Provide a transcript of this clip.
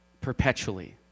perpetually